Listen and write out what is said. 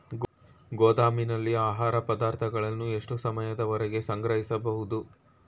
ಗೋದಾಮಿನಲ್ಲಿ ಆಹಾರ ಪದಾರ್ಥಗಳನ್ನು ಎಷ್ಟು ಸಮಯದವರೆಗೆ ಸಂಗ್ರಹಿಸಬಹುದು?